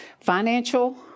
Financial